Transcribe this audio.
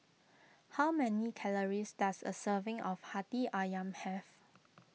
how many calories does a serving of Hati Ayam have